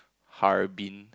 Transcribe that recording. Harbin